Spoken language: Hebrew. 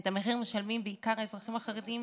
את המחיר משלמים בעיקר האזרחים החרדים